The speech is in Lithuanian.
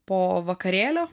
po vakarėlio